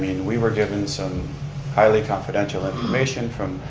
i mean we were given some highly confidentiality information from